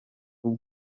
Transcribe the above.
uwo